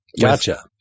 Gotcha